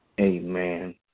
Amen